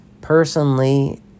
personally